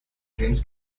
james